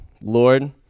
Lord